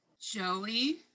Joey